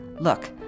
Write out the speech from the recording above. Look